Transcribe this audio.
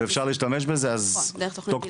יש בזה גם הרבה דברים